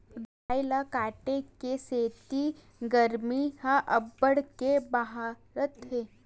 रूख राई ल काटे के सेती गरमी ह अब्बड़ के बाड़हत हे